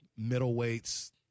middleweights